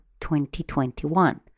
2021